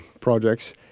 projects